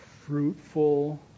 fruitful